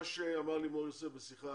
מה שאמר לי מור יוסף בשיחה,